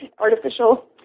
artificial